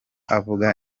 avuga